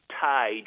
tied